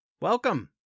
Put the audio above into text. Welcome